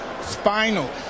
Spinal